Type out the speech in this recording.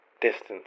distance